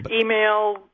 Email